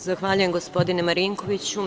Zahvaljujem, gospodine Marinkoviću.